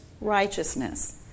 righteousness